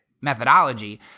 methodology